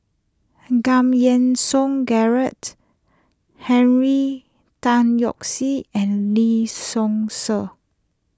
Giam Yean Song Gerald Henry Tan Yoke See and Lee Seow Ser